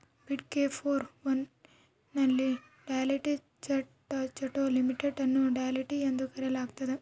ಬಿಗ್ಡೆ four one ನಲ್ಲಿ Deloitte Touche Tohmatsu limited ಅನ್ನು Deloitte ಎಂದು ಕರೆಯಲಾಗ್ತದ